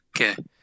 Okay